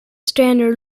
standard